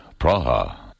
Praha